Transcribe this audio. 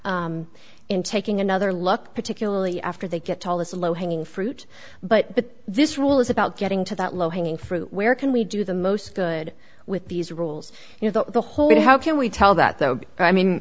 in taking another look particularly after they get all this low hanging fruit but this rule is about getting to that low hanging fruit where can we do the most good with these rules you know the whole bit how can we tell that though i mean